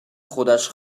خودش